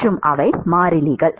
மற்றும் அவை மாறிலிகள்